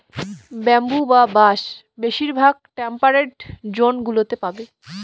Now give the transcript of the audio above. bamboo বা বাঁশ বেশিরভাগ টেম্পারড জোন গুলোতে পাবে